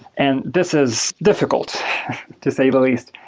and this is difficult to say the least.